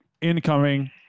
Incoming